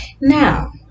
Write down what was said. Now